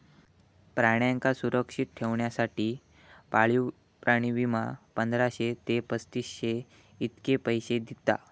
प्राण्यांका सुरक्षित ठेवच्यासाठी पाळीव प्राणी विमा, पंधराशे ते पस्तीसशे इतके पैशे दिता